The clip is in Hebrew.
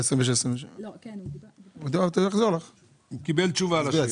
תחזור על 26', 27'. אני מסביר.